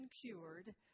cured